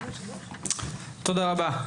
תודה רבה.